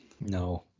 no